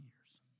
years